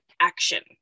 action